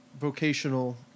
vocational